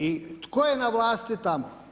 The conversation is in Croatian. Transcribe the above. I tko je na vlasti tamo?